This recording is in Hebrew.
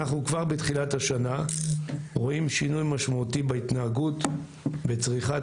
אנחנו כבר בתחילת השנה רואים שינוי משמעותי בהתנהגות בצריכת